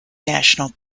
national